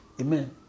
Amen